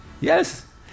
Yes